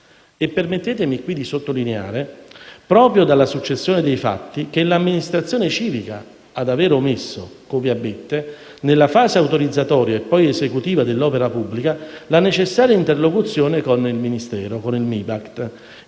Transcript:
Permettetemi qui di sottolineare, proprio dalla successione dei fatti, che è l'amministrazione civica ad aver omesso, nella fase autorizzatoria e poi esecutiva dell'opera pubblica, la necessaria interlocuzione con questo Ministero, impedendo